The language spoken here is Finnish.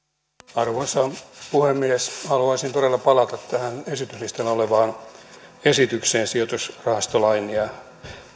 arvoisa puhemies haluaisin todella palata tähän esityslistalla olevaan esitykseen sijoitusrahastolain ja